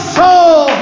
soul